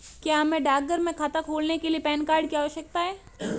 क्या हमें डाकघर में खाता खोलने के लिए पैन कार्ड की आवश्यकता है?